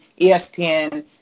ESPN